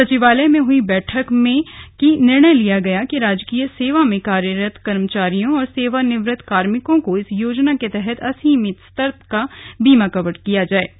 सचिवालय में हई कैबिनेट बैठक में निर्णय लिया गया कि राजकीय सेवा में कार्यरत कर्मचारियों और सेवानिवृत्त कार्मिकों को इस योजना के तहत असीमित स्तर का बीमा कवर किया जाएगा